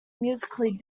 musically